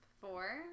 Four